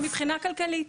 מבחינה כלכלית.